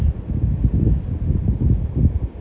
ya lor ya lor I think I also put guard sergeant also